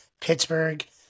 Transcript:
Pittsburgh